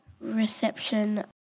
reception